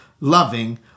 loving